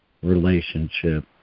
Relationship